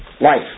Life